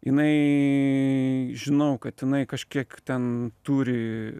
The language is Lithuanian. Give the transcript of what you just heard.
jinai žinau kad jinai kažkiek ten turi